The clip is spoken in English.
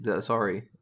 sorry